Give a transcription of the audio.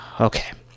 Okay